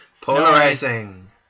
Polarizing